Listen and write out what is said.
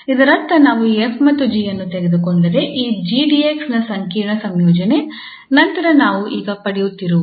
ಇದರರ್ಥ ನಾವು ಈ 𝑓 ಮತ್ತು 𝑔 ಅನ್ನು ತೆಗೆದುಕೊಂಡರೆ ಈ 𝑔 𝑑𝑥 ನ ಸಂಕೀರ್ಣ ಸಂಯೋಜನೆ ನಂತರ ನಾವು ಈಗ ಪಡೆಯುತ್ತಿರುವುದು